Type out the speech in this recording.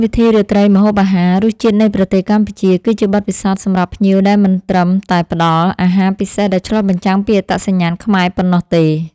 កម្មវិធីរាត្រីម្ហូបអាហារ “រសជាតិនៃប្រទេសកម្ពុជា” គឺជាបទពិសោធន៍សម្រាប់ភ្ញៀវដែលមិនត្រឹមតែផ្តល់ អាហារពិសេសដែលឆ្លុះបញ្ចាំងពីអត្តសញ្ញាណខ្មែរប៉ុណ្ណោះទេ